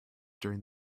during